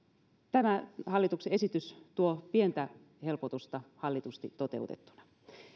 tämä hallituksen esitys tuo pientä helpotusta hallitusti toteutettuna